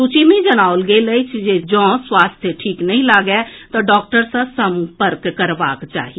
सूची मे जनाओल गेल अछि जे जॅ स्वास्थ्य ठीक नहि लागए तऽ डॉक्टर सॅ संपर्क करबाक चाही